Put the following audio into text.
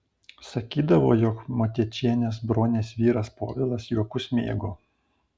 sakydavo jog motiečienės bronės vyras povilas juokus mėgo